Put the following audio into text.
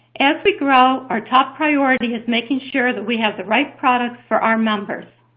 as we grow, our top priority is making sure that we have the right products for our members.